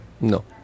no